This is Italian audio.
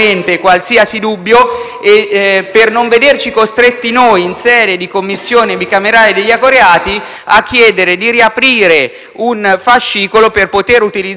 non vederci costretti noi, in sede di Commissione bicamerale d'inchiesta sugli ecoreati, a chiedere di riaprire il fascicolo, per poter utilizzare lo strumento e